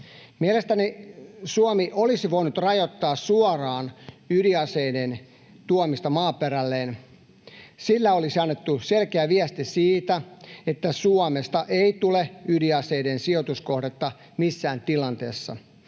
Mielestäni Suomi olisi voinut suoraan rajoittaa ydinaseiden tuomista maaperälleen. Sillä olisi annettu selkeä viesti siitä, että Suomesta ei tule ydinaseiden sijoituskohdetta missään tilanteessa